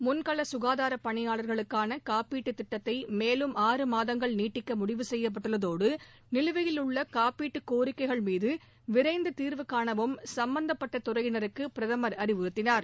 முன்கள சுகாதாரப் பணியாளர்களுக்கான காப்பீட்டு திட்டத்தை மேலும் ஆறு மாதங்கள் நீட்டிக்க முடிவு செய்யப்பட்டுள்ளதோடு நிலுவையில் உள்ள காப்பீட்டு கோரிக்கைகள் மீது விரைந்து தீர்வு காணவும் சம்பந்தப்பட்ட துறையினருக்கு பிரதமர் அறிவுறுத்தினார்